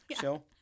show